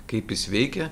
kaip jis veikia